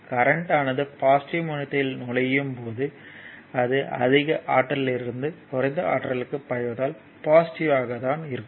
current ஆனது positive முனையத்தில் நுழையும் போதுஅது அதிக ஆற்றலிலிருந்து குறைந்த ஆற்றலுக்கு பாய்வதால் பாசிட்டிவ்வாக தான் இருக்கும்